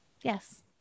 Yes